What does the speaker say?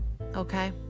okay